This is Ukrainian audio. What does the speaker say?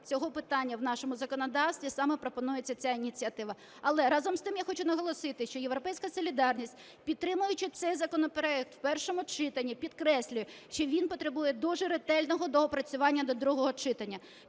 цього питання в нашому законодавстві саме пропонується ця ініціатива. Але, разом з тим, я хочу наголосити, що "Європейська солідарність", підтримуючи цей законопроект у першому читанні, підкреслюю, що він потребує дуже ретельного доопрацювання до другого читання,